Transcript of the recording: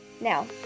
Now